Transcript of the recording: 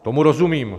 Tomu rozumím.